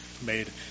made